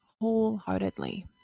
wholeheartedly